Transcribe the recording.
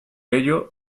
ello